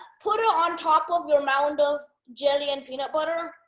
put and on top of your mountain bills, jelly and peanut butter.